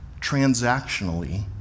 transactionally